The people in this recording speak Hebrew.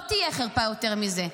לא תהיה חרפה יותר מזה.